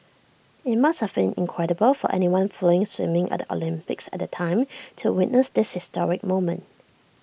IT must have been incredible for anyone following swimming at the Olympics at the time to witness this historic moment